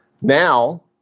now